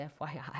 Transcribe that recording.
FYI